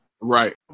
Right